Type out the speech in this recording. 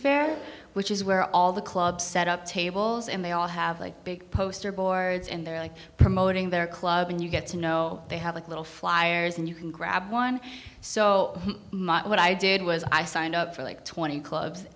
fair which is where all the clubs set up tables and they all have a big poster boards in there like promoting their club and you get to know they have a little flyers and you can grab one so what i did was i signed up for like twenty clubs